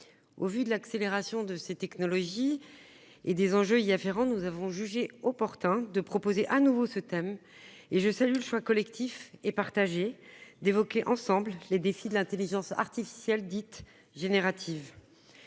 Au vu de l'accélération de ces technologies et des enjeux y afférents, nous avons jugé opportun de proposer de nouveau un débat sur ce thème. Je salue donc le choix collectif d'évoquer, ensemble, les défis de l'intelligence artificielle générative.